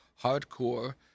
hardcore